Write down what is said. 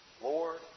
Lord